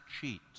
cheat